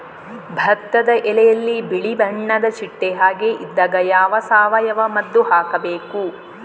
ಭತ್ತದ ಎಲೆಯಲ್ಲಿ ಬಿಳಿ ಬಣ್ಣದ ಚಿಟ್ಟೆ ಹಾಗೆ ಇದ್ದಾಗ ಯಾವ ಸಾವಯವ ಮದ್ದು ಹಾಕಬೇಕು?